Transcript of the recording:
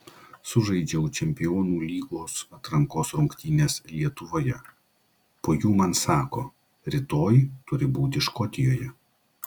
sužaidžiau čempionų lygos atrankos rungtynes lietuvoje po jų man sako rytoj turi būti škotijoje